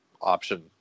option